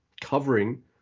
covering